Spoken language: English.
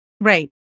Right